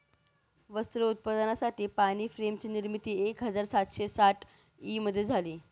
वस्त्र उत्पादनासाठी पाणी फ्रेम ची निर्मिती एक हजार सातशे साठ ई मध्ये झाली